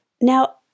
Now